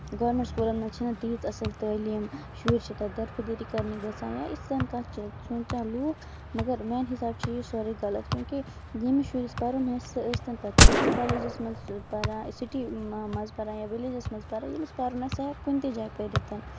government سکوٗلن منٛز چھِ نہٕ تۭژاہ اَصٕل تعلیٖم شُرۍ چھِ تَتہِ دربہٕ دٔری کرنہِ گژھان یا یِتھۍ کٔنۍ زن سونچان لوٗکھ مَگر میانہِ حِسابہٕ چھُ یہِ سورُے غلط کیوں کہِ ییٚمِس شُرِس پَرُن آسہِ سُھ ٲستن پَتہٕ سٹی کالیجس منٛز پَران سٹی منٛز پَران یا وِلیجس منٛز ییٚمِس پَرُن آسہِ سُہِ ہٮ۪کہِ کُنہِ تہِ جایہِ پٔرِتھ